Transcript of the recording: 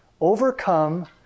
overcome